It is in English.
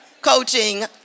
coaching